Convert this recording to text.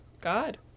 God